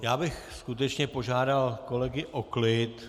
Já bych skutečně požádal kolegy o klid.